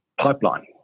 pipeline